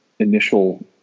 Initial